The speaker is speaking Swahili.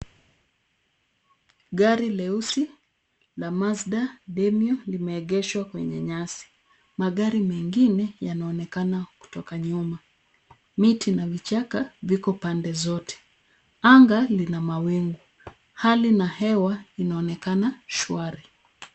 Gari leusi la Mazda demio, limeegeshwa kwenye nyasi. Magari mengine yanaonekana kutoka nyuma, miti na vichaka ziko pande zote, anga lina mawingu. Hali na hewa linaonekana shwari.